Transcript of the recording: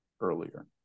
earlier